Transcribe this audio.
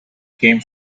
came